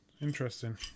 Interesting